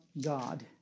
God